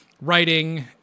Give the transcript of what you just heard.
writing